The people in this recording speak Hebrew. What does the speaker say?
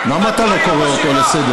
ועדיין היא לא משיבה.